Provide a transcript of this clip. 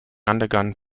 undergone